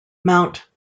mount